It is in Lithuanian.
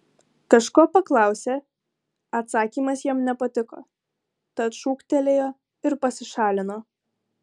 kažko paklausė atsakymas jam nepatiko tad šūktelėjo ir pasišalino